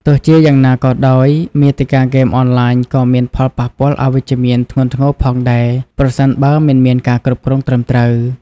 ទោះជាយ៉ាងណាក៏ដោយ មាតិកាហ្គេមអនឡាញក៏មាន ផលប៉ះពាល់អវិជ្ជមាន ធ្ងន់ធ្ងរផងដែរ ប្រសិនបើមិនមានការគ្រប់គ្រងត្រឹមត្រូវ។